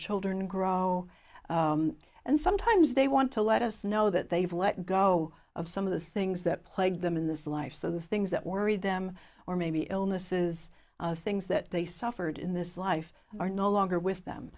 children grow and sometimes they want to let us know that they've let go of some of the things that plague them in this life so the things that worry them or maybe illnesses things that they suffered in this life are no longer with them